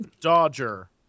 Dodger